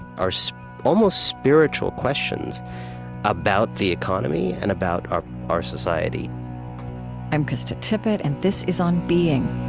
are so almost spiritual questions about the economy and about our our society i'm krista tippett, and this is on being.